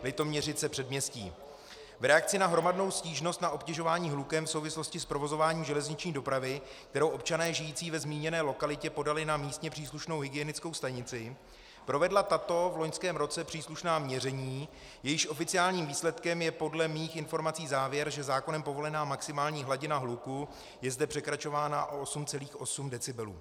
V reakci na hromadnou stížnost na obtěžování hlukem v souvislosti s provozováním železniční dopravy, kterou občané žijící ve zmíněné lokalitě podali na místně příslušnou hygienickou stanici, provedla tato v loňském roce příslušná měření, jejichž oficiálním výsledkem je podle mých informací závěr, že zákonem povolená maximální hladina hluku je zde překračována o 8,8 decibelu.